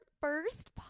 first